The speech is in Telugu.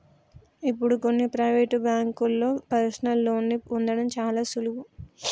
ఇప్పుడు కొన్ని ప్రవేటు బ్యేంకుల్లో పర్సనల్ లోన్ని పొందడం చాలా సులువు